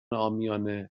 عامیانه